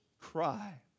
cry